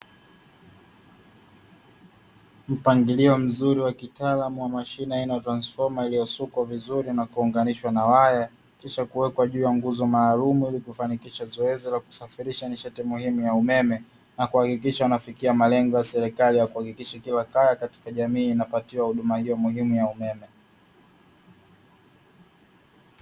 Mpangilio mzuri wa kitaalamu wa mashine aina ya transifoma, iliyosukwa vizuri na kuunganishwa na waya, kisha kuwekwa juu ya nguzo maalumu ili kufanikisha zoezi la kusafirisha nishati muhimu ya umeme na kuhakikisha unafikia malengo ya serikali ya kuhakikisha kila kaya katika jamii inapatiwa huduma hiyo muhimu ya umeme.